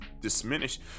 diminished